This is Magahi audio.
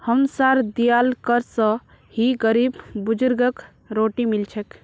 हमसार दियाल कर स ही गरीब बुजुर्गक रोटी मिल छेक